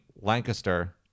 lancaster